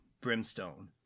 brimstone